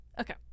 Okay